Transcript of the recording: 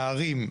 מהערים,